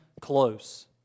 close